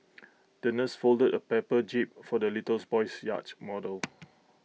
the nurse folded A paper jib for the boy's yacht model